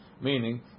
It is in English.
Meaning